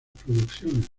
producciones